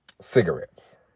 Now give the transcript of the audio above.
cigarettes